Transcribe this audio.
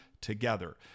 together